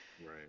Right